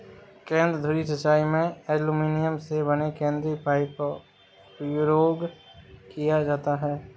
केंद्र धुरी सिंचाई में एल्युमीनियम से बने केंद्रीय पाइप का प्रयोग किया जाता है